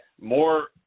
more